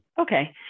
Okay